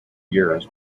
years